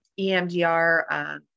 EMDR